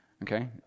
Okay